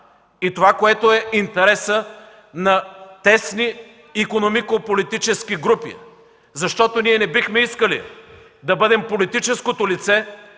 страна, и интересът на тесни икономико-политически групи. Защото ние не бихме искали да бъдем политическото лице